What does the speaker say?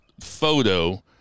photo